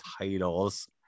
titles